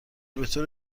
بطور